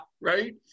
right